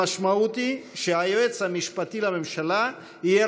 המשמעות היא שהיועץ המשפטי לממשלה יהיה